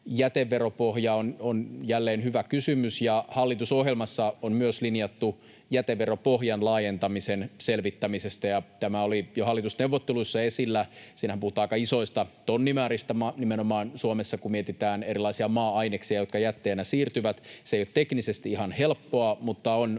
jäteveropohja on jälleen hyvä kysymys, ja myös hallitusohjelmassa on linjattu jäteveropohjan laajentamisen selvittämisestä. Tämä oli jo hallitusneuvotteluissa esillä. Siinähän puhutaan aika isoista tonnimääristä nimenomaan Suomessa, kun mietitään erilaisia maa-aineksia, jotka jätteenä siirtyvät. Se ei ole teknisesti ihan helppoa, mutta